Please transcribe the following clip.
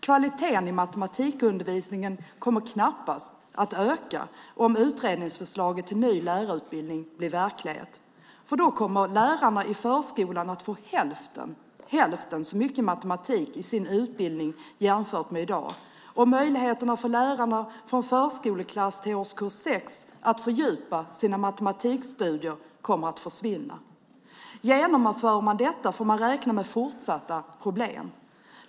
Kvaliteten i matematikundervisningen kommer knappast att öka om utredningsförslaget till ny lärarutbildning blir verklighet, för då kommer lärarna i förskolan att få hälften så mycket matematik i sin utbildning jämfört med i dag. Och möjligheterna för lärarna från förskoleklass till årskurs 6 att fördjupa sina matematikkunskaper kommer att försvinna. Genomför man detta får man räkna med fortsatta problem.